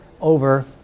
over